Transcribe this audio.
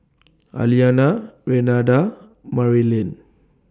Aliana Renada Marylin